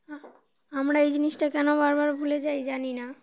আ আমরা এই জিনিসটা কেন বারবার ভুলে যাই জানি না